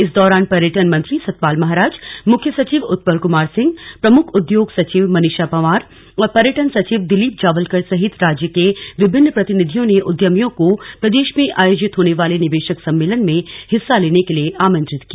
इस दौरान पर्यटन मंत्री सतपाल महाराज मुख्य सचिव उत्पल कुमार सिंह प्रमुख उद्योग सचिव मनीषा पंवार और पर्यटन सचिव दिलीप जावलकर सहित राज्य सरकार के विभिन्न प्रतिनिधियों ने उद्यामियों को प्रदेश में आयोजित होने वाले निवेशक सम्मेलन में हिस्सा लेने के लिए आमंत्रित किया